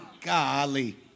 golly